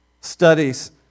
Studies